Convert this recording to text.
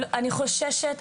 אני חוששת,